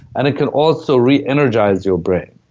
and it can also re-energize your brain.